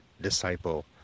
disciple